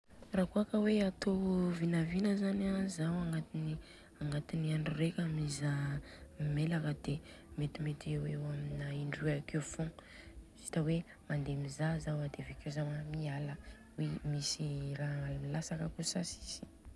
Rakôa ka hoe atô vinavina zany zao mizaha mailaka de mety mety eo amin'ny indroy akeo fogna, juste hoe mandeha mizaha zaho an de avekeo zaho an miala, hoe misy raha milatsaka akô sa tsisy.